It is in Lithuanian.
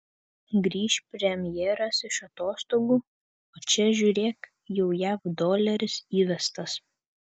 grįš premjeras iš atostogų o čia žiūrėk jau jav doleris įvestas